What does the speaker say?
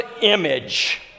image